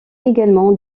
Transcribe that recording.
également